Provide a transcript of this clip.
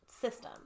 system